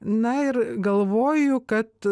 na ir galvoju kad